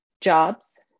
jobs